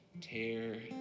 Tear